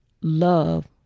love